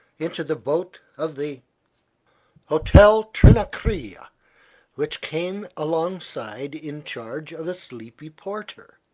into the boat of the hotel trinacria which came alongside in charge of a sleepy porter.